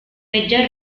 peggior